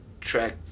track